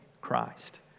Christ